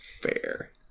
Fair